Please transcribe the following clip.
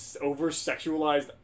over-sexualized